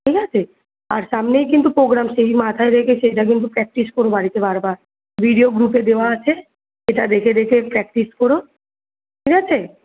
ঠিক আছে আর সামনেই কিন্তু প্রোগ্রাম সেই মাথায় রেখে সেইটা কিন্তু প্র্যাকটিস কোরো বাড়িতে বারবার ভিডিও গ্রুপে দেওয়া আছে সেটা দেখে দেখে প্র্যাকটিস কোরো ঠিক আছে